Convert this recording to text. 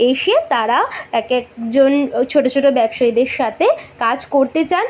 এসে তারা এক একজন ছোট ছোট ব্যবসায়ীদের সাথে কাজ করতে চান